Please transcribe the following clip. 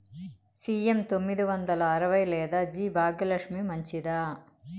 CM తొమ్మిది వందల అరవై లేదా జి భాగ్యలక్ష్మి మంచిదా?